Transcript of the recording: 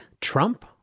Trump